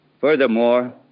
Furthermore